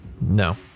no